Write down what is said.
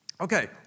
Okay